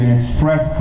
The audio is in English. express